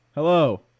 Hello